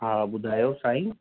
हा ॿुधायो साईं